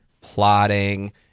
plotting